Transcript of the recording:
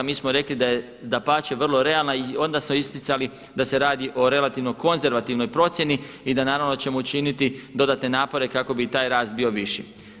Mi smo rekli da je dapače vrlo realna i onda smo isticali da se radi o relativno konzervativnoj procjeni i da naravno da ćemo učiniti dodatne napore kako bi i taj rasta bio viši.